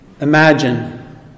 Imagine